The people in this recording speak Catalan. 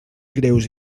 greus